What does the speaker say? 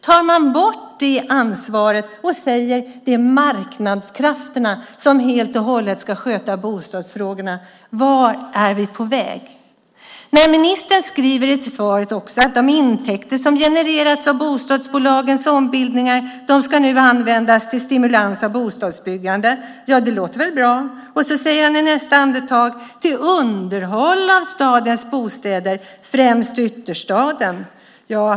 Tar man bort det ansvaret och säger att det är marknadskrafterna som helt och hållet ska sköta bostadsfrågorna, vart är vi då på väg? Ministern säger i svaret att de intäkter som genererats av bostadsbolagens ombildningar nu ska användas till stimulans av bostadsbyggande - ja, det låter väl bra - och säger sedan i nästa andetag "samt till underhåll av stadens bostäder, främst i ytterstaden".